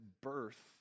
birth